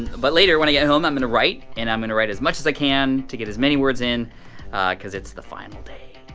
but later when i get home, i'm gonna write, and i'm gonna write as much as i can to get as many words in cause it's the final day.